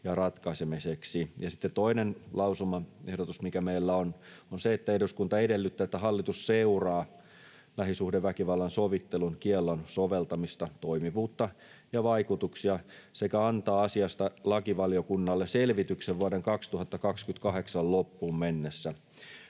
ja ratkaisemiseksi. Ja sitten toinen lausumaehdotus, mikä meillä on, on se, että eduskunta edellyttää, että hallitus seuraa lähisuhdeväkivallan sovittelun kiellon soveltamista, toimivuutta ja vaikutuksia sekä antaa asiasta lakivaliokunnalle selvityksen vuoden 2028 loppuun mennessä.